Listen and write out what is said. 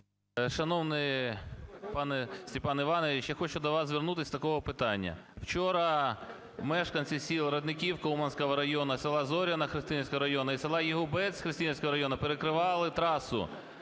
Шановний пане Степане Івановичу, я хочу до вас звернутися з такого питання. Вчора мешканці сіл Родниківка Уманського району, села Зоряне Христинівського району і села Ягубець Христинівського району перекривали трасу.